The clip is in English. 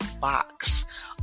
box